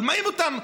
אבל מה עם אותם,